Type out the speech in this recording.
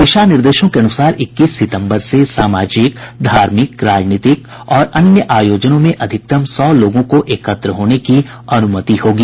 दिशा निर्देशों के अनुसार इक्कीस सितम्बर से सामाजिक धार्मिक राजनीतिक और अन्य आयोजनों में अधिकतम सौ लोगों को एकत्र होने की अनुमति होगी